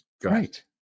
great